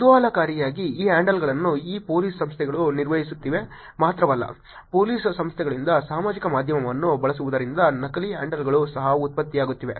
ಕುತೂಹಲಕಾರಿಯಾಗಿ ಈ ಹ್ಯಾಂಡಲ್ಗಳನ್ನು ಈ ಪೊಲೀಸ್ ಸಂಸ್ಥೆಗಳು ನಿರ್ವಹಿಸುತ್ತಿವೆ ಮಾತ್ರವಲ್ಲ ಪೊಲೀಸ್ ಸಂಸ್ಥೆಗಳಿಂದ ಸಾಮಾಜಿಕ ಮಾಧ್ಯಮವನ್ನು ಬಳಸುವುದರಿಂದ ನಕಲಿ ಹ್ಯಾಂಡಲ್ಗಳು ಸಹ ಉತ್ಪತ್ತಿಯಾಗುತ್ತಿವೆ